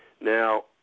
Now